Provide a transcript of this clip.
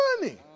money